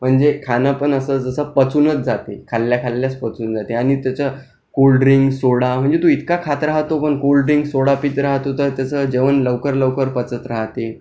म्हणजे खाणं पण असं जसं पचूनच जाते खाल्ल्याखाल्ल्याच पचून जाते आणि त्याचं कोल्ड्रिंक सोडा म्हणजे तो इतका खात राहतो व कोल्ड्रिंक सोडा पित राहतो तर त्याचं जेवण लवकर लवकर पचत राहते